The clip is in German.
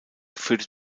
führte